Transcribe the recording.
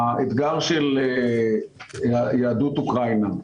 האתגר של יהדות אוקראינה,